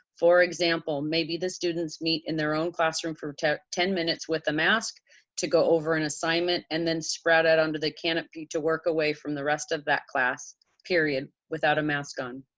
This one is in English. for example, maybe the students meet in their own classroom for ten ten minutes with a mask to go over an assignment and then spread out under the canopy to work away from the rest of that class period without a mask on?